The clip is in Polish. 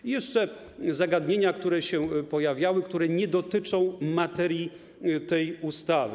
I jeszcze zagadnienia, które się pojawiały, które nie dotyczą materii tej ustawy.